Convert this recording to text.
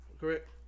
Correct